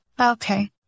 Okay